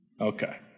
Okay